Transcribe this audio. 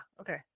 okay